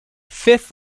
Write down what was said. fifth